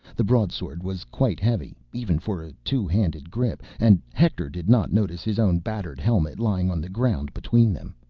the broadsword was quite heavy, even for a two handed grip. and hector did not notice his own battered helmet laying on the ground between them.